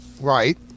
right